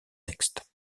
textes